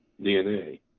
DNA